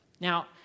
Now